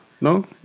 no